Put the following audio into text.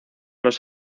los